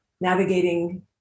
navigating